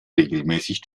regelmäßig